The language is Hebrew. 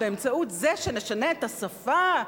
באמצעות זה שנשנה את השפה,